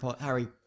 Harry